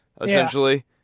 essentially